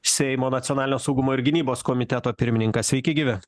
seimo nacionalinio saugumo ir gynybos komiteto pirmininkas sveiki gyvi